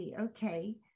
okay